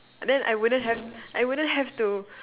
then I wouldn't have I wouldn't have to